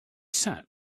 sat